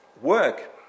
work